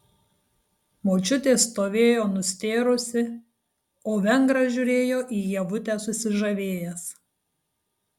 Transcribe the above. močiutė stovėjo nustėrusi o vengras žiūrėjo į ievutę susižavėjęs